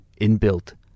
inbuilt